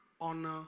honor